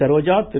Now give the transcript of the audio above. Saroja Thiru